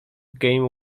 game